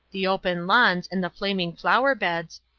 the open lawns, and the flaming flower-beds,